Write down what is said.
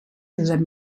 josep